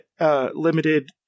limited